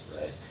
right